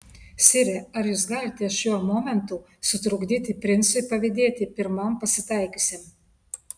sire ar jūs galite šiuo momentu sutrukdyti princui pavydėti pirmam pasitaikiusiam